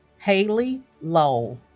hayley lowe